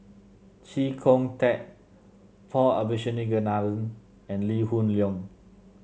Chee Kong Tet Paul Abisheganaden and Lee Hoon Leong